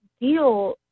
deal